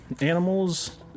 animals